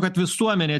kad visuomenė